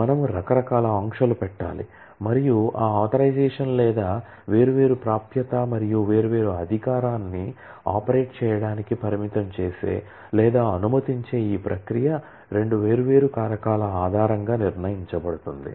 మనము రకరకాల ఆంక్షలు పెట్టాలి మరియు ఆ ఆథరైజషన్ లేదా వేర్వేరు ప్రాప్యత మరియు వేర్వేరు అధికారాన్ని ఆపరేట్ చేయడానికి పరిమితం చేసే లేదా అనుమతించే ఈ ప్రక్రియ రెండు వేర్వేరు కారకాల ఆధారంగా నిర్ణయించబడుతుంది